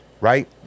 right